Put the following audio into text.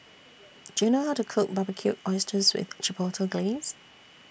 Do YOU know How to Cook Barbecued Oysters with Chipotle Glaze